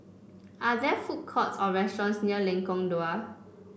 are there food courts or restaurants near Lengkok Dua